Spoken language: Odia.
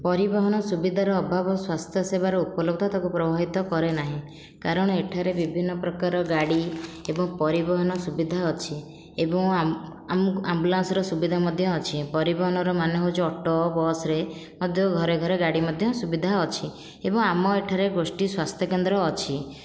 ପରିବହନ ସୁବିଧାର ଅଭାବ ସ୍ୱାସ୍ଥ୍ୟ ସେବାର ଉପଲବ୍ଧ ତାକୁ ପ୍ରଭାଭିତ କରେ ନାହିଁ କାରଣ ଏଠାରେ ବିଭିନ୍ନ ପ୍ରକାର ଗାଡ଼ି ଏବଂ ପରିବହନ ସୁବିଧା ଅଛି ଏବଂ ଆମ୍ବୁଲାନ୍ସ ସୁବିଧା ମଧ୍ୟ ଅଛି ପରିବହନର ମାନେ ହେଉଛି ଅଟୋ ବସ୍ରେ ଆଉ ଯେଉଁ ଘରେ ଘରେ ଗାଡ଼ି ମଧ୍ୟ ସୁବିଧା ଅଛି ଏବଂ ଆମ ଏଠାରେ ଗୋଷ୍ଠୀ ସ୍ୱାସ୍ଥ୍ୟ କେନ୍ଦ୍ର ଅଛି